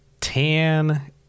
tan